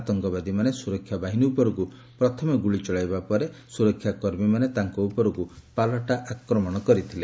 ଆତଙ୍କବାଦୀମାନେ ସୁରକ୍ଷା ବାହିନୀ ଉପରକୁ ପ୍ରଥମେ ଗୁଳି ଚଳାଇବା ପରେ ସୁରକ୍ଷାକର୍ମୀମାନେ ତାଙ୍କ ଉପରକୁ ପାଲଟା ଆକ୍ରମଣ କରିଥିଲେ